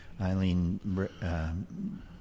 Eileen